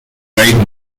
great